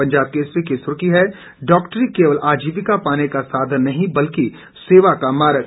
पंजाब केसरी की सुर्खी है डाक्टरी केवल अजीविका पाने का साधन नहीं बल्कि सेवा का मार्ग